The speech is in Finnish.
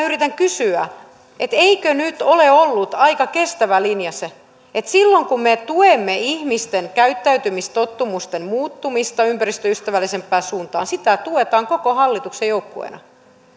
yritän kysyä sitä että eikö nyt ole ollut aika kestävä linja se että silloin kun me tuemme ihmisten käyttäytymistottumusten muuttumista ympäristöystävällisempään suuntaan sitä tuetaan koko hallituksen joukkueena